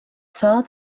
saw